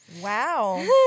Wow